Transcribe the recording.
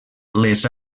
les